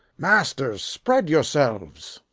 masters, spread yourselves.